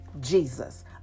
Jesus